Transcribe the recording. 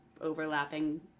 Overlapping